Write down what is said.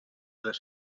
les